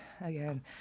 again